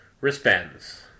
wristbands